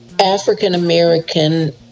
African-American